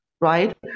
right